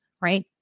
right